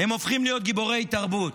הם הופכים להיות גיבורי תרבות.